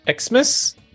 Xmas